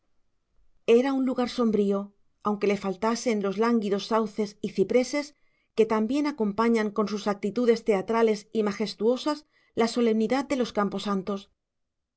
era un lugar sombrío aunque le faltasen los lánguidos sauces y cipreses que tan bien acompañan con sus actitudes teatrales y majestuosas la solemnidad de los